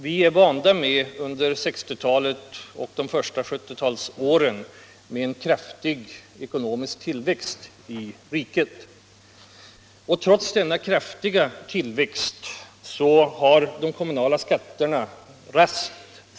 Vi hade under 1960-talet och de första 1970-talsåren en kraftig ekonomisk tillväxt i riket, men trots denna kraftiga tillväxt steg de kommunala skatterna raskt.